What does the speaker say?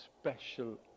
special